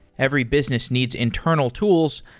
every business needs internal tools,